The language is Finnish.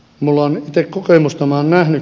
minulla on itsellä kokemusta